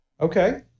Okay